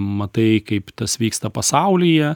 matai kaip tas vyksta pasaulyje